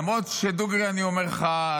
למרות שדוגרי אני אומר לך,